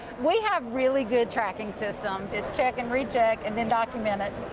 we have really good tracking systems. it's check and recheck and then document it,